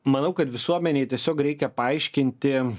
manau kad visuomenei tiesiog reikia paaiškinti